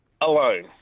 alone